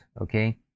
Okay